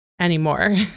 Anymore